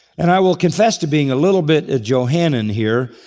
and i will confess to being a little bit of johannine and here.